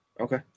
Okay